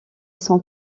son